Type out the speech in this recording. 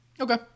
Okay